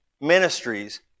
ministries